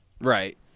Right